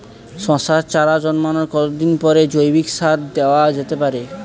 শশার চারা জন্মানোর কতদিন পরে জৈবিক সার দেওয়া যেতে পারে?